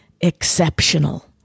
exceptional